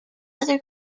other